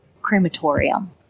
crematorium